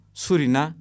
surina